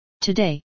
Today